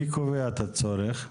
אני